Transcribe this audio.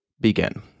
begin